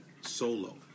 solo